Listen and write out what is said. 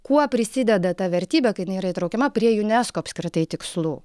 kuo prisideda ta vertybė kad jinai įtraukiama prie junesko apskritai tikslų